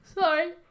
Sorry